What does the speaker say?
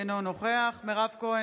אינו נוכח מירב כהן,